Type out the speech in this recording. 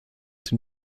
den